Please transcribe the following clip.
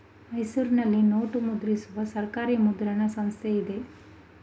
ಮೈಸೂರಿನಲ್ಲಿ ನೋಟು ಮುದ್ರಿಸುವ ಸರ್ಕಾರಿ ಮುದ್ರಣ ಸಂಸ್ಥೆ ಇದೆ